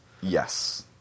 Yes